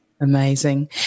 Amazing